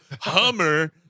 Hummer